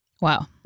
Wow